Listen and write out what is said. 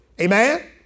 Amen